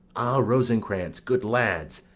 ah, rosencrantz! good lads,